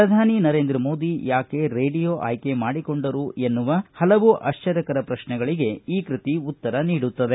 ಪ್ರಧಾನಿ ನರೇಂದ್ರ ಮೋದಿ ಯಾಕೆ ರೇಡಿಯೋ ಆಯ್ಕೆ ಮಾಡಿಕೊಂಡರು ಎನ್ನುವ ಹಲವು ಆಶ್ವರ್ಯಕರ ಪ್ರಶ್ನೆಗಳಿಗೆ ಈ ಕೃತಿ ಉತ್ತರ ನೀಡುತ್ತದೆ